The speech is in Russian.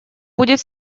будет